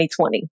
2020